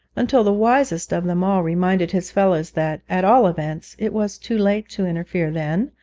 until the wisest of them all reminded his fellows that, at all events, it was too late to interfere then,